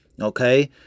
okay